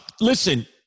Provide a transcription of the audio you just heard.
Listen